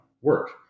work